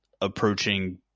approaching